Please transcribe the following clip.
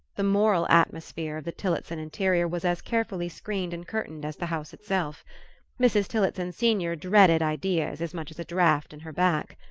the moral atmosphere of the tillotson interior was as carefully screened and curtained as the house itself mrs. tillotson senior dreaded ideas as much as a draught in her back.